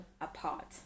apart